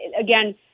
again